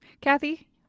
Kathy